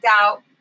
out